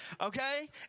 okay